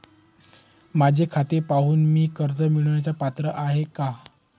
माझे खाते पाहून मी कर्ज मिळवण्यास पात्र आहे काय?